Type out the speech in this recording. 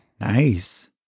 Nice